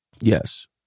Yes